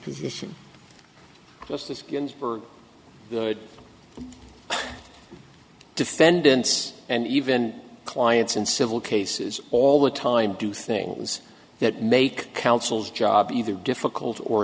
position justice ginsburg the defendants and even clients in civil cases all the time do things that make councils job either difficult or